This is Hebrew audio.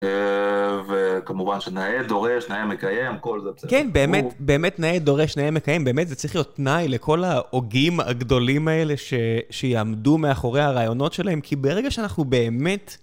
וכמובן שנאה דורש, נאה מקיים, כל זה בסדר. כן, באמת נאה דורש, נאה מקיים. באמת זה צריך להיות תנאי לכל ההוגים הגדולים האלה שיעמדו מאחורי הרעיונות שלהם, כי ברגע שאנחנו באמת...